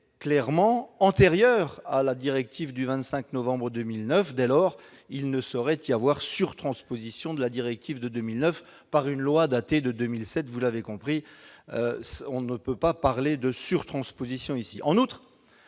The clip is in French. clairement antérieur à la directive du 25 novembre 2009. Dès lors, il ne saurait y avoir de surtransposition de la directive de 2009 par une loi datant de 2007. Vous l'avez compris, on ne peut pas parler ici de surtransposition. En outre,